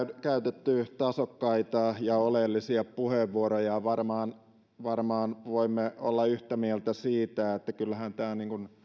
käytetty tasokkaita ja oleellisia puheenvuoroja ja varmaan voimme olla yhtä mieltä siitä että kyllähän tämä